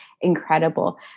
incredible